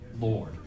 Lord